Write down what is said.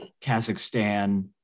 Kazakhstan